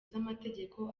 z’amategeko